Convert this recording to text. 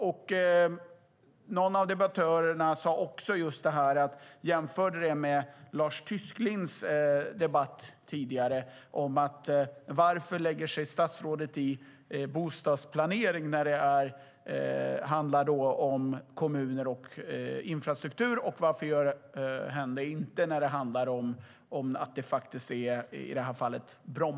Någon av debattörerna jämförde med debatten om Lars Tysklinds interpellation tidigare och sa: Varför lägger sig statsrådet i bostadsplanering när det handlar om kommuner och infrastruktur och inte när det handlar om Bromma, som i detta fall?